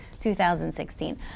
2016